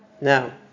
Now